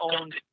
owned